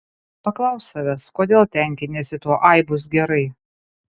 paklausk savęs kodėl tenkiniesi tuo ai bus gerai